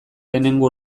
lehengo